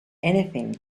anything